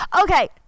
Okay